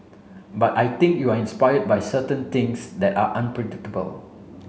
but I think you are inspired by certain things that are unpredictable